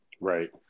Right